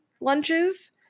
lunches